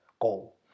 goal